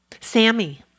Sammy